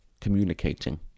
communicating